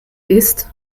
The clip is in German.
ist